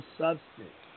substance